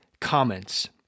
comments